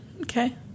Okay